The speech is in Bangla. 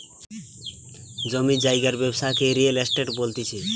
জমি জায়গার ব্যবসাকে রিয়েল এস্টেট বলতিছে